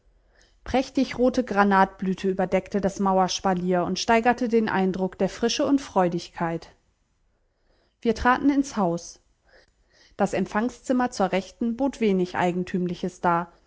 sprossen prächtig rote granatblüte überdeckte das mauerspalier und steigerte den eindruck der frische und freudigkeit wir traten ins haus das empfangszimmer zur rechten bot wenig eigentümliches dar